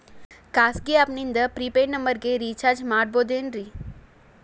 ಖಾಸಗಿ ಆ್ಯಪ್ ನಿಂದ prepaid ನಂಬರಿಗ ರೇಚಾರ್ಜ್ ಮಾಡಬಹುದೇನ್ರಿ?